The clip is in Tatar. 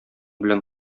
белән